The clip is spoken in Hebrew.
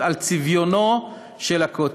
על צביונו של הכותל.